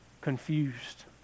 confused